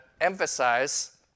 emphasize